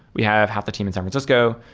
we have half the team in san francisco.